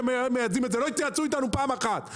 לא התייעצו איתנו פעם אחת.